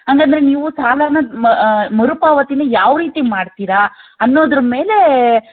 ಹಾಗಂದ್ರೆ ನೀವು ಸಾಲನ ಮರು ಪಾವತಿನ ಯಾವ ರೀತಿ ಮಾಡ್ತೀರ ಅನ್ನೋದ್ರ ಮೇಲೆ